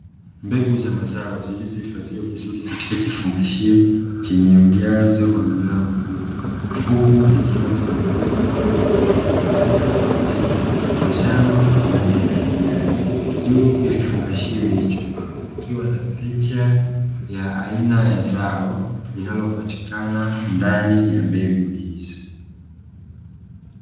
Mbegu za mazao zilizohifadhiwa vizuri, katika kifungashio chenye unazo wa gramu kumi, huku kikiwa kimepambwa vizuri kwa rangi nzuri za kuvutia, njano pamoja na kijani, juu ya kifungashio hicho kukiwa na picha ya aina ya zao linalopatikana ndani ya mbegu hizo.